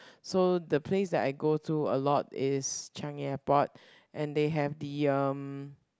so the place that I go to a lot is Changi-Airport and they have the um